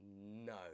No